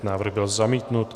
Návrh byl zamítnut.